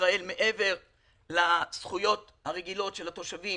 ישראל מעבר לזכויות הרגילות של התושבים